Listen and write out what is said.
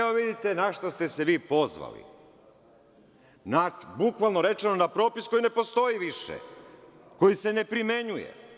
No, vidite na šta ste se vi pozvali, bukvalno rečeno na propis koji ne postoji više, koji se ne primenjuje.